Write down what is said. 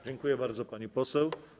Dziękuję bardzo, pani poseł.